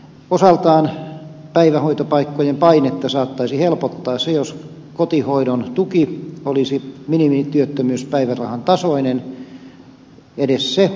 osaltaan päivähoitopaikkojen painetta saattaisi helpottaa se jos kotihoidon tuki olisi minimityöttömyyspäivärahan tasoinen edes se